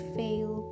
fail